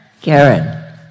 Karen